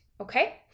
okay